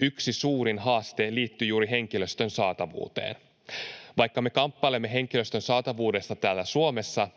Yksi suurin haaste liittyy juuri henkilöstön saatavuuteen. Vaikka me kamppailemme henkilöstön saatavuudesta täällä Suomessa